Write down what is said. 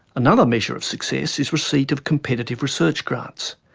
another measure of success is receipt of competitive research grants.